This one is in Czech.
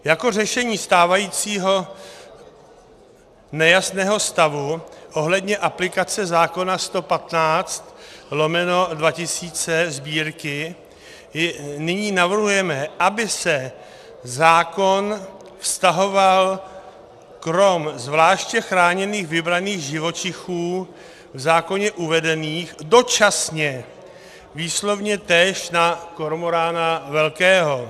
Jako řešení stávajícího nejasného stavu ohledně aplikace zákona č. 115/2000 Sb. nyní navrhujeme, aby se zákon vztahoval krom zvláště chráněných vybraných živočichů v zákoně uvedených dočasně výslovně též na kormorána velkého.